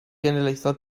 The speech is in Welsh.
genedlaethol